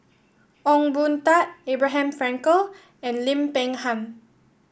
Ong Boon Tat Abraham Frankel and Lim Peng Han